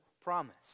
promise